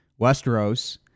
Westeros